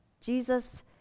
Jesus